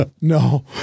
No